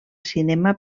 cinema